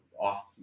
off